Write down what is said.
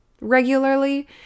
regularly